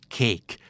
cake